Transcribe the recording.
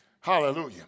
Hallelujah